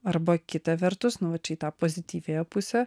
arba kita vertus nu vat čia į tą pozityviąją pusę